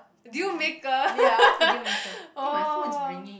deal maker oh